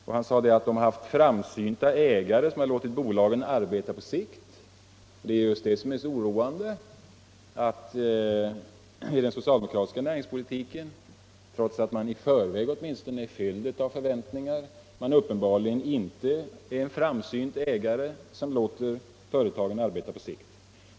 Han framhöll också att de haft framsynta ägare, som låtit företagen arbeta på sikt. Vad som är så oroande i den socialdemokratiska näringspolitiken är att man där, trots att man åtminstone i förväg är fylld av förväntningar, uppenbarligen inte har en framsynt ägare som låter företagen arbeta på sikt.